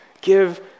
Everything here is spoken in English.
give